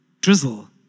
drizzle